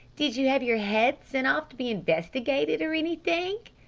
did you have your head sent off to be investigated or anything?